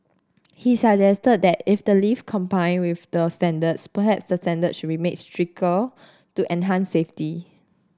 he suggested that if the lift complied with the standards perhaps the standards should be made stricter to enhance safety